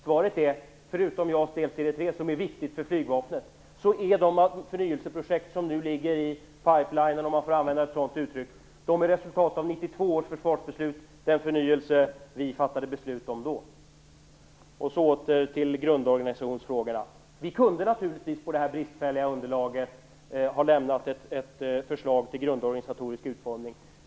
Svaret är: Förutom JAS i delserie tre, som är viktigt för flygvapnet, är de förnyelseprojekt som nu ligger i pipeline, om man nu får använda uttrycket, ett resultat av 1992 års försvarsbeslut och den förnyelse som vi då fattade beslut om. Åter till grundorganisationsfrågorna. Vi hade naturligtvis på detta bristfälliga underlag kunnat lämna ett förslag till grundorganisatorisk utformning.